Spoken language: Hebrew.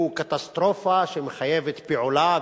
הוא קטסטרופה שמחייבת פעולה,